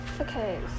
Okay